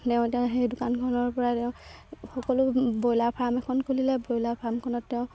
তেওঁ এতিয়া সেই দোকানখনৰ পৰা তেওঁ সকলো ব্ৰইলাৰ ফাৰ্ম এখন খুলিলে ব্ৰইলাৰ ফাৰ্মখনত তেওঁ